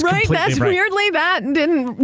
right. that's weirdly. that and didn't.